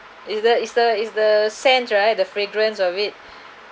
is the is the is the sense right the fragrance of it